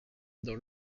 dans